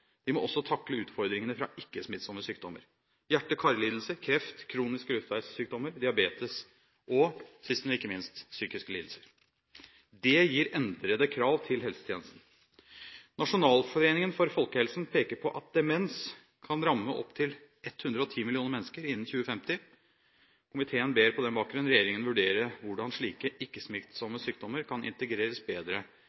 De må også takle utfordringene fra ikke-smittsomme sykdommer – hjerte- og karlidelser, kreft, kroniske luftveissykdommer, diabetes og sist, men ikke minst, psykiske lidelser. Det gir endrede krav til helsetjenesten. Nasjonalforeningen for folkehelsen peker på at demens kan ramme opptil 110 millioner mennesker innen 2050. Komiteen ber på den bakgrunn regjeringen vurdere hvordan slike